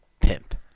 pimp